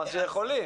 אמרתי יכולים.